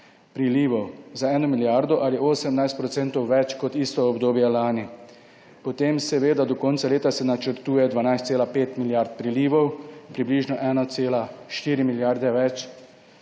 prilivov, za 1 milijardo ali 18 procentov več kot isto obdobje lani. Potem do konca leta se načrtuje 12,5 milijard prilivov, približno 1,4 milijarde več